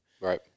Right